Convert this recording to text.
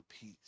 peace